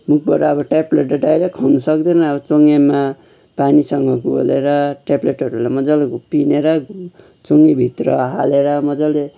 मुखबाट अब ट्याबलेट त डाइरेक्ट खुवाउनु सक्दैन अब चोङ्गेमा पानीसँग घोलेर ट्याबलेटहरूलाई मजाले पिँधेर चोङ्गेभित्र हालेर मजाले पिँधेर